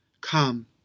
Come